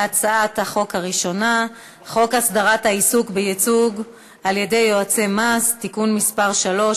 החוק הראשונה: חוק הסדרת העיסוק בייצוג על-ידי יועצי מס (תיקון מס' 3),